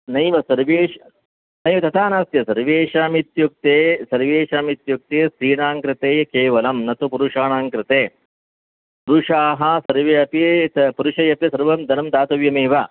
नैव सर्वेष् नै तथा नास्ति सर्वेषामित्युक्ते सर्वेषाम् इत्युक्ते स्त्रीणाङ्कृते केवलं न तु पुरुषाणाङ्कृते पुरुषाः सर्वे अपि त् पुरुषैः अपि सर्वं धनं दातव्यमेव